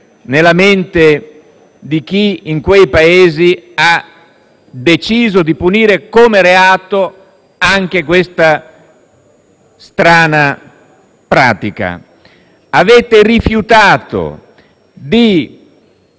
nella mente di chi in quei Paesi ha deciso di punire come reato anche questa strana pratica). Avete rifiutato di